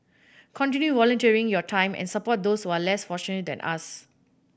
continue volunteering your time and support those who are less fortunate than us